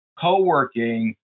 co-working